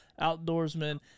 outdoorsmen